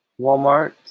Walmart